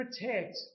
protect